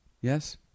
Yes